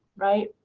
right?